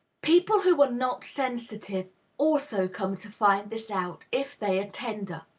people who are not sensitive also come to find this out, if they are tender.